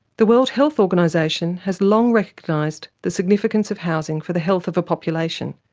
the world health organisation has long recognised the significance of housing for the health of a population.